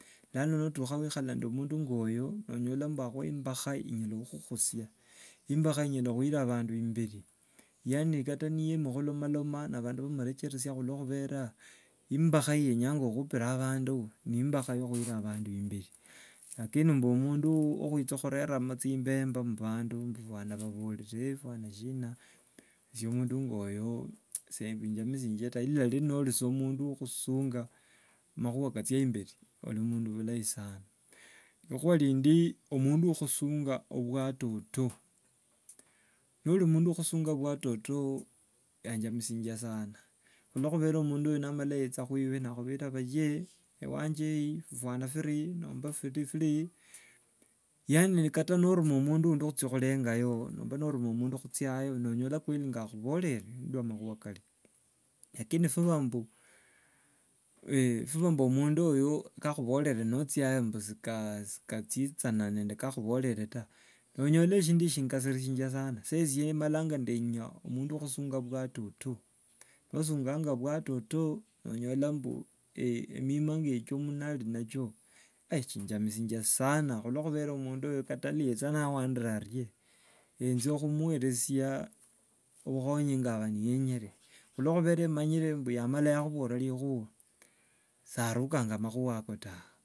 Lano no- tukha niwikhala nende mundu ngo oyo olanyola mbu akhuwa imbakha onyala khukhusia, imbakha inyalala- khuira abandu imberi. Yaani kata niyema khulomaloma na abandu bamrecheresia, khulokhubera imbakha iyenyanga okhupira bandu ni imbakha yo- oyira abandu imberi. Lakini mbu mundu wokhwicha khurera chimbemba mu bandu, fwana baborere fwana shina, esye mundu ngoyo simunjamishinja ta! Ilari nori soo mundu wo khusunga makhuwa kachyia imberi, ori mundu mulayi sana. Ekhuwa rindi mundu wo khusunga bwa- toto, nori mundu wo khusunga bwa- toto yanjamishinja sana. Khulokhubera mundu namala yechya khuwe na akhuborera baye wanje eyi bifwana bhiri bhiri, yaani noruma mundu undi khucha khurengayo ori nomba noruma mundu khuchayo, onyola kweli nga akhuborere ndiwo nga makhuwa kari. Lakini nibhibwa mbu omundu oyo kakhuborere nochyiayo mbu si- sika- sikachichana nende kakhuborere ta, onyola eshindu eshyio shingashirishia sana. Esye malanga ndenya mundu wo khusunga bwa- toto. Nosunganga bwa- toto, onyola mbu emima ngechio, mundu nari nachyio chanjamishinja sana. Khulokhubera mundu niyechyia niwandire arie enjo- khumuweresia obukhonyi nga aba niyenyere. Khulokhubera manyire mbwe wamala sa yakhuborera rikhuwa sarukanga makhuwa ako ta!